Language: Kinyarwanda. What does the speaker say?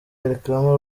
elcrema